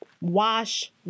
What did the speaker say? wash